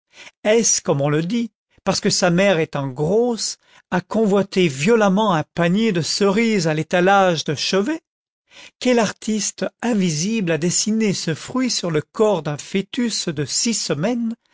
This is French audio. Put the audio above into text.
est-ce comme on le dit parce que sa mère étant grosse a convoité violemment un panier de cerises à l'é t a lage de chevet quel artiste invisible a dessiné ce fruit sur le corps d'un fœtus de six semaines